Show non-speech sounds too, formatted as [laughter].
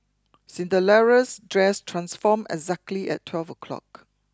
[unintelligible] dress transformed exactly at twelve o'clock